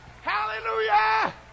hallelujah